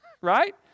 Right